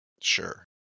Sure